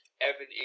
Evan